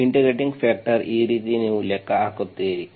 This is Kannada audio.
ಇಂಟಿಗ್ರೇಟಿಂಗ್ ಫ್ಯಾಕ್ಟರ್ ಈ ರೀತಿ ನೀವು ಲೆಕ್ಕ ಹಾಕುತ್ತೀರಿ